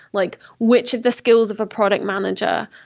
like which of the skills of a product manager